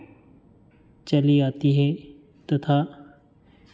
चली आती है तथा